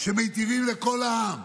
שמיטיבים עם כל העם,